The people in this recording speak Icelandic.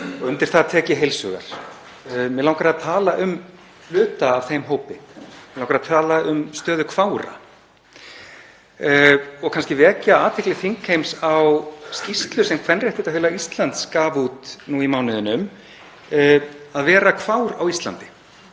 Undir það tek ég heils hugar. Mig langar að tala um hluta af þeim hópi. Mig langar að tala um stöðu kvára og kannski vekja athygli þingheims á skýrslu sem Kvenréttindafélag Íslands gaf út nú í mánuðinum, Að vera kvár á Íslandi,